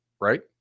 right